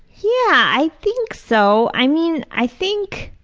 yeah, i think so. i mean, i think,